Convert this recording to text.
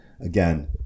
again